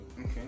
okay